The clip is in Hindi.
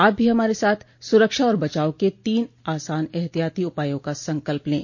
आप भी हमारे साथ सुरक्षा और बचाव के तीन आसान एहतियाती उपायों का संकल्प लें